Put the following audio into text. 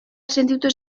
sentitu